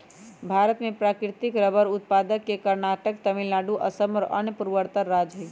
भारत में प्राकृतिक रबर उत्पादक के कर्नाटक, तमिलनाडु, असम और अन्य पूर्वोत्तर राज्य हई